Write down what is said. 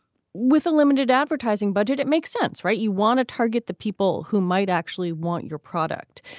with a limited advertising budget, it makes sense, right? you want to target the people who might actually want your product.